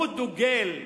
הוא דוגל,